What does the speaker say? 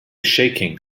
shaking